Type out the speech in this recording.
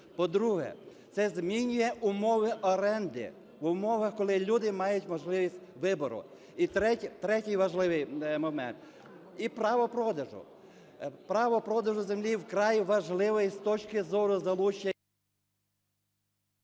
По-друге, це змінює умови оренди в умовах, коли люди мають можливість вибору. І третій важливий момент. І право продажу. Право продажу землі вкрай важливо і з точки зору залучення…